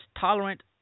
tolerant